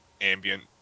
ambient